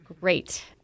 Great